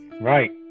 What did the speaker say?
Right